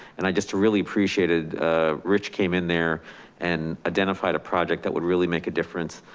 and i just really appreciated rich came in there and identified a project that would really make a difference